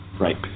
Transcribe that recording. Right